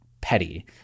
petty